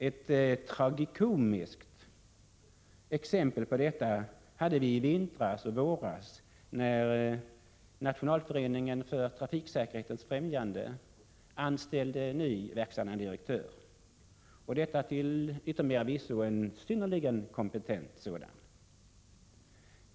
Ett tragikomiskt exempel på detta hade vi i våras när Nationalföreningen för trafiksäkerhetens främjande anställde en ny verkställande direktör, till yttermera visso en synnerligen kompetent sådan.